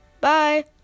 bye